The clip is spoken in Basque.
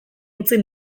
utzi